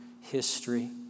history